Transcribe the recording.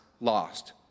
lost